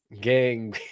gang